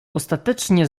ostatecznie